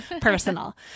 personal